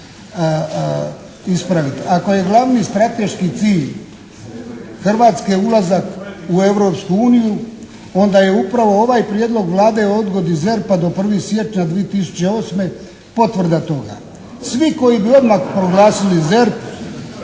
Ako je glavni strateški cilj Hrvatske ulazak u Europsku uniju onda je upravo ovaj prijedlog Vlade o odgodi ZERP-a do 1. siječnja 2008. potvrda toga. Svi koji bi odmah proglasili ZERP